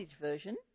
version